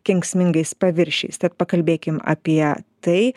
kenksmingais paviršiais tad pakalbėkim apie tai